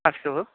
अस्तु